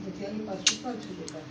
बढ़िऑं बात खातिर करै छै